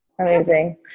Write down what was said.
amazing